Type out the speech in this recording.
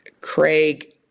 Craig